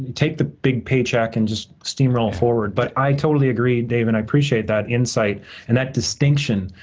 take the big paycheck and just steamroll forward. but, i totally agree, dave, and i appreciate that insight and that distinction,